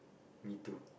me too